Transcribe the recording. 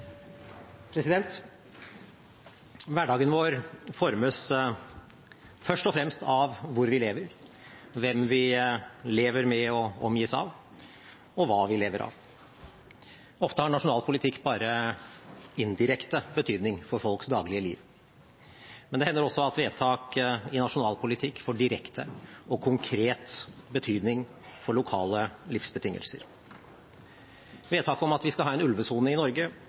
sete. Hverdagen vår formes først og fremst av hvor vi lever, hvem vi lever med og omgis av, og hva vi lever av. Ofte har nasjonal politikk bare indirekte betydning for folks daglige liv. Men det hender også at vedtak i nasjonal politikk får direkte og konkret betydning for lokale livsbetingelser. Vedtaket om at vi skal ha en ulvesone i Norge,